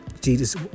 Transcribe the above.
Jesus